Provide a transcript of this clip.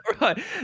right